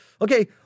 Okay